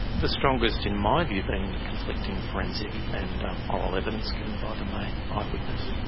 the strongest in my view being the conflicting forensic and um oral evidence given by the main eyewitness.